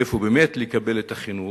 איפה באמת לקבל את החינוך,